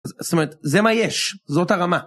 זאת אומרת, זה מה יש, זאת הרמה.